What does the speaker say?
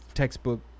Textbook